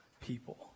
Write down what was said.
people